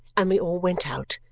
and we all went out,